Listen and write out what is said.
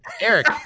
Eric